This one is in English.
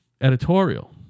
editorial